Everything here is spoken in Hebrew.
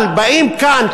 אבל באים כאן,